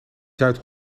zuid